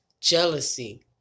jealousy